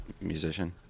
musician